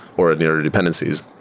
or in your dependencies,